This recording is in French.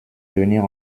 venir